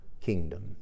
kingdom